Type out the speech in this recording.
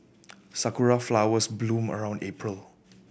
sakura flowers bloom around April